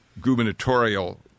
gubernatorial